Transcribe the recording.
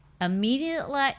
Immediately